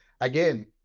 again